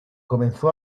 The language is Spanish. comenzó